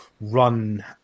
run